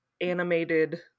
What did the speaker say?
animated